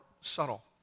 subtle